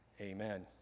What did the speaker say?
Amen